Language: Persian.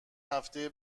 هفته